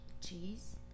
Cheese